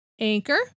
Anchor